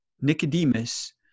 Nicodemus